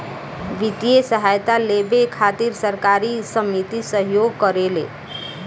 वित्तीय सहायता लेबे खातिर सहकारी समिति सहयोग करेले